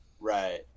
right